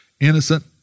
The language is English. innocent